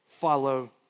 follow